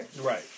Right